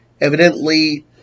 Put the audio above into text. evidently